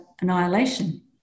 annihilation